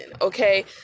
okay